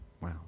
Wow